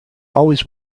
always